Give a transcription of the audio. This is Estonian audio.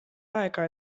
aega